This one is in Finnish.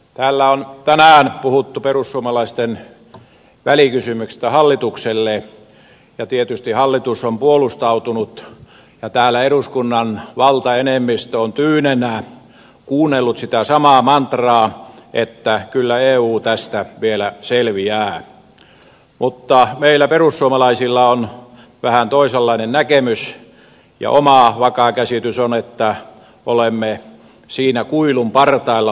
täällä on tänään puhuttu perussuomalaisten välikysymyksestä hallitukselle ja tietysti hallitus on puolustautunut ja täällä eduskunnan valtaenemmistö on tyynenä kuunnellut sitä samaa mantraa että kyllä eu tästä vielä selviää mutta meillä perussuomalaisilla on vähän toisenlainen näkemys ja oma vakaa käsitys on että olemme siinä kuilun partaalla horjumassa